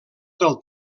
del